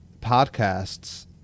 podcasts